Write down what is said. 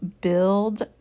build